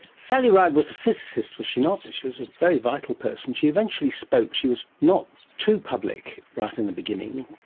sally ride was a physicist, was she not? she was a very vital person. she eventually spoke, she was not too public right in the beginning,